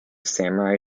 samurai